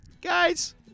Guys